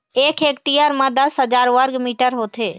एक हेक्टेयर म दस हजार वर्ग मीटर होथे